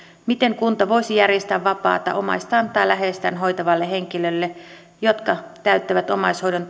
miten kunta voisi järjestää vapaata omaistaan tai läheistään hoitaville henkilöille jotka täyttävät omaishoidon